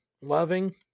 loving